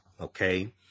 Okay